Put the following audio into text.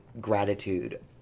gratitude